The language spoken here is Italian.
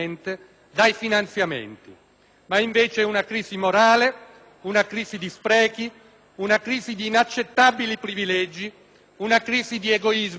È, invece, una crisi morale e di sprechi, una crisi di inaccettabili privilegi, una crisi di egoismi corporativi.